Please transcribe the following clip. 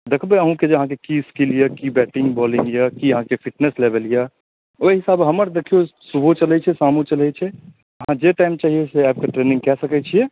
देखबै अहुँक की अहाँके की स्किल अइ की बैटिंग बॉलिंग अइ की अहाँके फिटनेस लेवल अइ ओहि हिसाबे हमर देखिऔ सुबहो चलै छै शामो चलै छै अहाँके जे टाइम चाही से आबिकऽ ट्रेनिंग कऽ सकै छिए